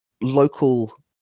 local